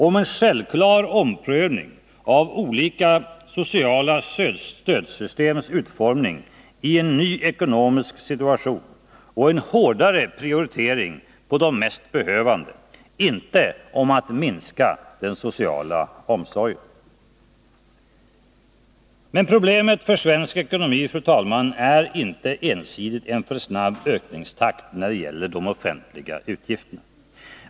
Om en s vklar omprövning av olika sociala stödsystems utformning i en ny ekonomisk situation och en hårdare prioritering på de mest behövande, inte om att minska den sociala omsorgen. Men problemet för svensk ekonomi är inte ensidigt en för snabb ökningstakt när det gäller de offentliga utgifterna.